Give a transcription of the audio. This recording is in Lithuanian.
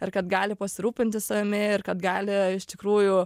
ar kad gali pasirūpinti savimi ir kad gali iš tikrųjų